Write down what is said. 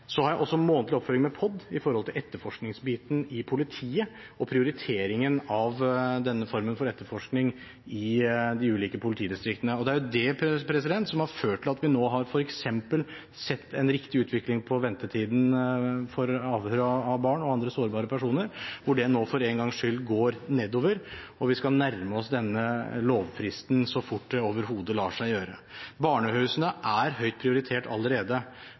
Jeg har også månedlige oppfølginger med POD når det gjelder etterforskningsbiten i politiet og prioriteringen av denne formen for etterforskning i de ulike politidistriktene. Det er det som har ført til at vi nå f.eks. har sett en riktig utvikling når det gjelder ventetiden for avhør av barn og andre sårbare personer, hvor den nå for en gangs skyld går nedover, og vi skal nærme oss den lovfristen så fort det overhodet lar seg gjøre. Barnehusene er høyt prioritert allerede.